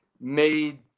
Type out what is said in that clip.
made